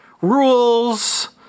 Rules